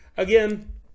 Again